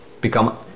become